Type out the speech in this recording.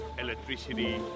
electricity